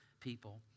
people